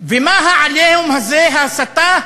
ומה ה"עליהום" הזה, ההסתה,